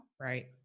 right